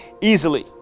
easily